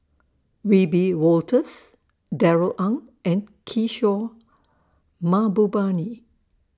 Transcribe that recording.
Wiebe Wolters Darrell Ang and Kishore Mahbubani